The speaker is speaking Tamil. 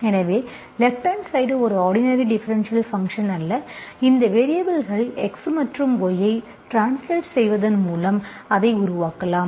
எனவே லேப்ட் ஹாண்ட் சைடு ஒரு ஆர்டினரி டிஃபரென்ஷியல் ஃபங்க்ஷன் அல்ல இந்த வேரியபல்கள் x மற்றும் y ஐ ட்ரான்ஸ்லேட் செய்வதன் மூலம் அதை உருவாக்கலாம்